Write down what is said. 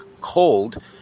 cold